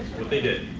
well they did.